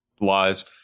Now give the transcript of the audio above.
lies